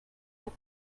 like